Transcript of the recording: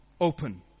open